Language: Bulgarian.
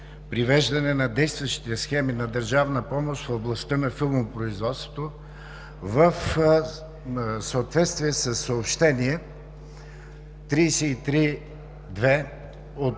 привеждане на действащите схеми на държавна помощ в областта на филмопроизводството в съответствие със Съобщение № 332 от